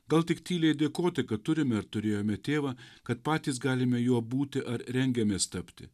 gal tik tyliai dėkoti kad turime ir turėjome tėvą kad patys galime juo būti ar rengiamės tapti